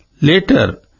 Later